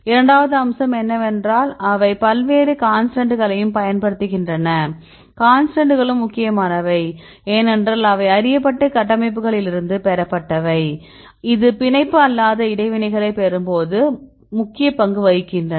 இரண்டாவது அம்சம் என்னவென்றால் அவை பல்வேறு கான்ஸ்டன்ட்களையும் பயன்படுத்துகின்றன கான்ஸ்டன்ட்களும் முக்கியமானவை ஏனென்றால் அவை அறியப்பட்ட கட்டமைப்புகளிலிருந்து பெறப்பட்டவை இது பிணைப்பு அல்லாத இடைவினைகளைப் பெறும்போது இவை முக்கிய பங்கு வகிக்கின்றன